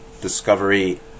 Discovery